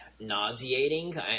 nauseating